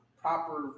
proper